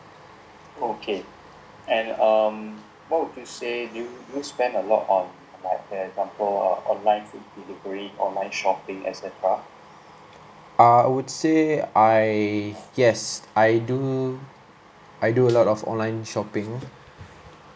err I would say I yes I do I do a lot of online shopping lah